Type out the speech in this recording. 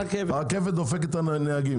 הרכבת דופקת את הנהגים.